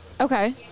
Okay